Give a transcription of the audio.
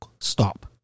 stop